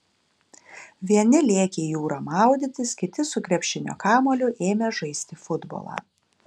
vieni lėkė į jūrą maudytis kiti su krepšinio kamuoliu ėmė žaisti futbolą